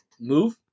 move